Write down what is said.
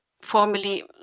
formerly